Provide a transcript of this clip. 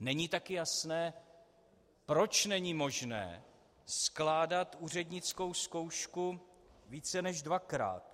Není také jasné, proč není možné skládat úřednickou zkoušku více než dvakrát.